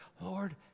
Lord